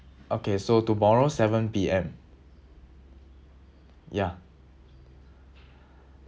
okay so tomorrow seven P_M ya